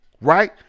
right